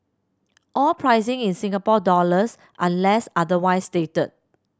all pricing in Singapore dollars unless otherwise stated